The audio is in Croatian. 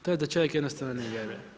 To je da čovjek jednostavno ne vjeruje.